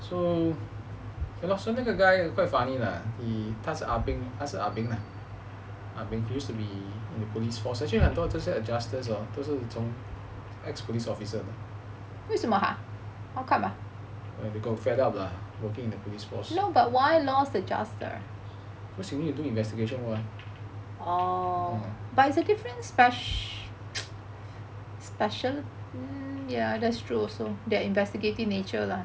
so ya lor 那个 guy quite funny lah 他是 ah beng ah beng lah he used to be in the police force actually 很多这些 adjusters hor 都是从 they got fed up lah working in the police force cause you need to do investigation mah